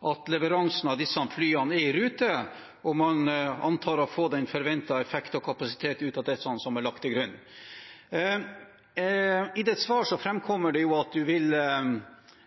at leveransen av disse flyene er i rute og man antar at få den forventede effekt og kapasitet ut av det som er lagt til grunn. I svaret framkommer det at statsråden